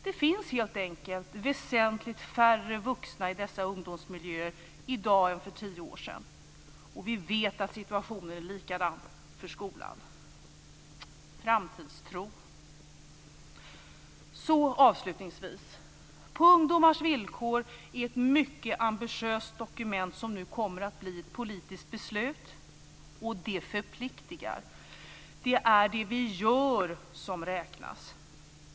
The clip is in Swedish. Det finns helt enkelt väsentligt färre vuxna i dessa ungdomsmiljöer i dag än för tio år sedan. Vi vet att situationen är likadan i skolan. Det handlar om framtidstro. På ungdomars villkor är ett mycket ambitiöst dokument som nu kommer att bli ett politiskt beslut, och det förpliktar. Det är det vi gör som räknas.